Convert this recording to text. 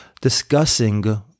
discussing